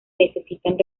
necesitan